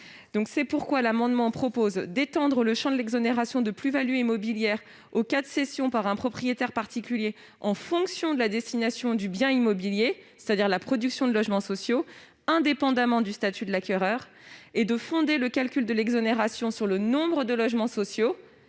est donc proposé : d'une part, d'étendre le champ de l'exonération de plus-values immobilières aux cas de cession par un propriétaire particulier en fonction de la destination du bien immobilier, c'est-à-dire la production de logements sociaux, indépendamment du statut de l'acquéreur ; d'autre part, de fonder le calcul de l'exonération, à partir de la surface